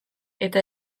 eta